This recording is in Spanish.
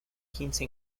quince